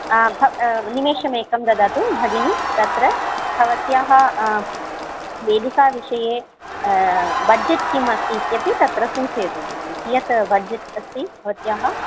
आं निमेषम् एकं ददातु भगिनी तत्र भवत्याः वेदिकाविषये बड्जट् किम् अस्ति इत्यपि तत्र सूचयतु भगिनी कियत् बड्जट् अस्ति भवत्याः